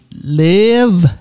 live